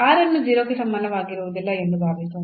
ಈ r ಅನ್ನು 0 ಕ್ಕೆ ಸಮನಾಗಿರುವುದಿಲ್ಲ ಎಂದು ಭಾವಿಸೋಣ